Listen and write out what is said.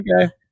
okay